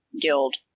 guild